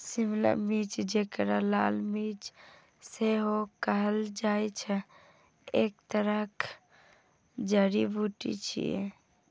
शिमला मिर्च, जेकरा लाल मिर्च सेहो कहल जाइ छै, एक तरहक जड़ी बूटी छियै